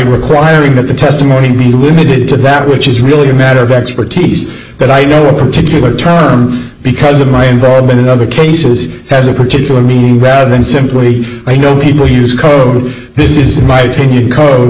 requiring that the testimony limited to that which is really a matter of expertise that i know a particular trial because of my involvement in other cases has a particular meaning rather than simply i know people use code this is my opinion code